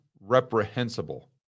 reprehensible